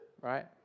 right